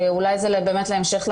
אולי זה להמשך,